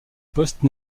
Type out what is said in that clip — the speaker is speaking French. postes